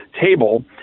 table